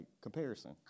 comparison